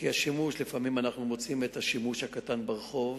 כי השימוש, לפעמים אנחנו מוצאים את השימוש ברחוב,